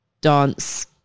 dance